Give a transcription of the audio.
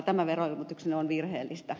tämä veroelvytyksenne on virheellistä